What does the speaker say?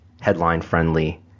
headline-friendly